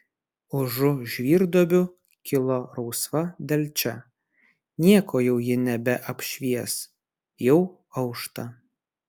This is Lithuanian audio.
užu žvyrduobių kilo rausva delčia nieko jau ji nebeapšvies jau aušta